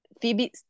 phoebe